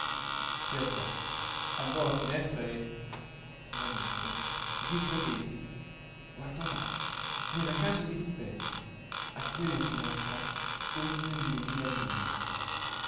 si alzò andò alla finestra e furtivamente dietro ai vetri guardò là nella casa dirimpetto a quella finestra donde gli veniva